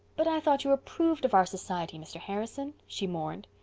but i thought you approved of our society, mr. harrison, she mourned.